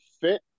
fit